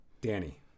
Danny